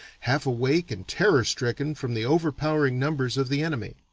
half awake and terror-stricken from the overpowering numbers of the enemy.